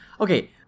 Okay